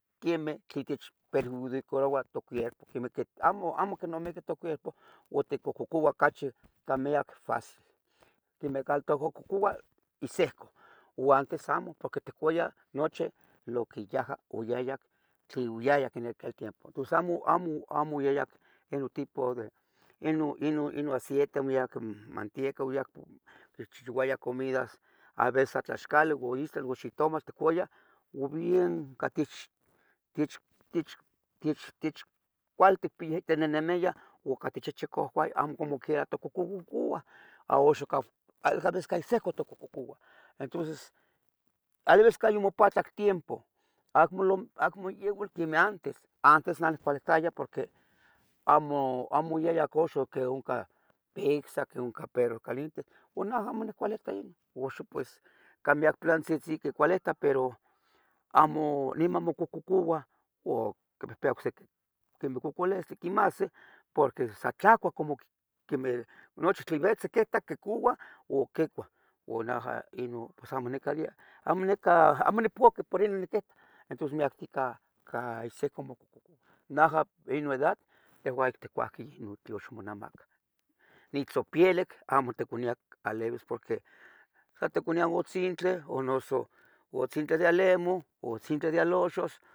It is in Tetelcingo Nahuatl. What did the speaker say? quemeh tlin techperjudicaroua tocuerpo amo quinamiqui tocuerpo o ticohcocoua ocachi ica miyac fácil. Quemeh cal ticohcouah isihco uan antes amo porque ticuayah ocachi tlin yaja yayac en aquel tiempo. Tos Amo oyayac inon tipo de aciete ino matieca. Oquichihchiuayah comidas aveces sa tlaxcali go istatl o xitomatl oticouayah o bien tech cuali otinenemiah amo comoquiera tocohcocouah uxan cada vez caiseco tomocohcocouah entonces cada vez yomopatlac in tiempo acmo yehuatl quemeh antes. Antes neh oniccualitaya porque amo yaya quemeh axun, quemeh axun oncah pictza que oncah perro caliente onejua amo icuilita inon axun pues can miyac piluantzitzin caulitah, pero amo niman mocohcocouah o quipihpia ocsiqui quemeh cocolistlí quimahsi porque sa tlacua como quemeh noche tlen vitzi quita quicova o quicua uan inon neja amo nicalia amo nipaqui por inon niquitah entos mic ihseuca mocohcocoua. Naja ino noedad tehuan oticuahqueh tlen tiosmonamaca ni tzopielic amo oticonia tlalevis porque tla oticoniah atzintli, atzintli de lemon, o atzintli de aloxox